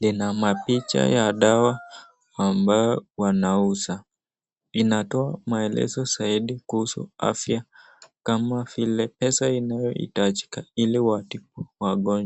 lina mapicha ya dawa ambayo wanauza. Lina toa maelezo zaidi kuhusu afya kama vile pesa inayohitajika ili watibu wagonjwa.